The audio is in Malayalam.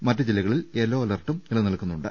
മറ്റ് ജില്ലകളിൽ യെല്ലോ അലർട്ടും നിലനിൽക്കുന്നു ണ്ട്